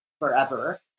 forever